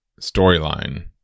storyline